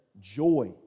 Joy